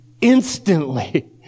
instantly